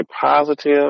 positive